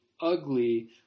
ugly